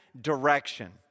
direction